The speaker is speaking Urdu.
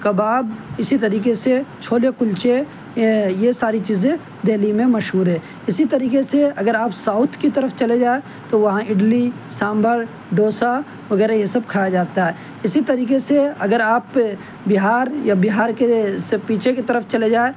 کباب اسی طریقے سے چھولے کلچے یہ ساری چیزیں دہلی میں مشہور ہے اسی طریقے سے اگر آپ ساؤتھ كی طرف چلے جائے تو وہاں اڈلی سامبھر ڈوسا وغیرہ یہ سب کھایا جاتا ہے اسی طریقے سے اگر آپ بہار یا بہار کے سے پیچھے کی طرف چلے جائے